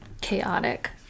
chaotic